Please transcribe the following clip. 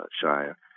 Shire